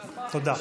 תודה.